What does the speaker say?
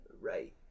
Right